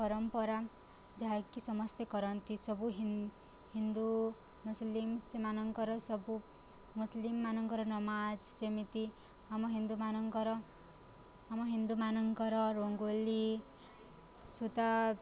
ପରମ୍ପରା ଯାହାକି ସମସ୍ତେ କରନ୍ତି ସବୁ ହି ହିନ୍ଦୁ ମୁସଲିମ୍ ସେମାନଙ୍କର ସବୁ ମୁସଲିମ ମାନଙ୍କର ନମାଜ ସେମିତି ଆମ ହିନ୍ଦୁମାନଙ୍କର ଆମ ହିନ୍ଦୁମାନଙ୍କର ରଙ୍ଗୋଲି ସୁତା